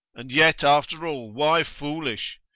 and yet, after all, why foolish?